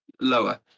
Lower